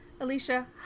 Alicia